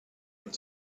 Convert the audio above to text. and